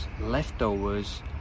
Leftovers